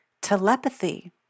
telepathy